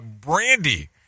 Brandy